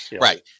Right